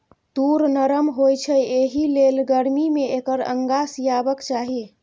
तूर नरम होए छै एहिलेल गरमी मे एकर अंगा सिएबाक चाही